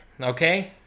okay